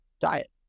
diet